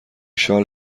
شال